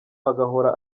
agahora